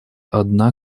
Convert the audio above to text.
одна